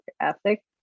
ethic